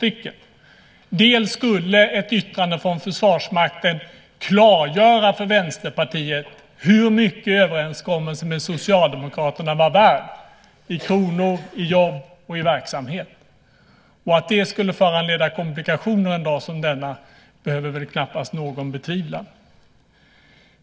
Det första är att ett yttrande från Försvarsmakten skulle klargöra för Vänsterpartiet hur mycket överenskommelsen med Socialdemokraterna var värd - i kronor, i jobb och i verksamhet. Att det skulle föranleda komplikationer en dag som denna behöver väl knappast någon betvivla.